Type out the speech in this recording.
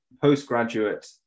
postgraduate